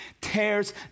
tears